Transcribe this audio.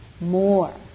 more